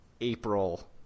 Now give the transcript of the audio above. April